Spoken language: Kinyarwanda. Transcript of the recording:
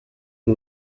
ngo